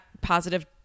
positive